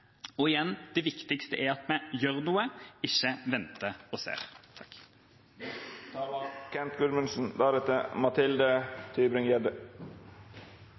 Og igjen – det viktigste er at vi gjør noe, at vi ikke venter og ser.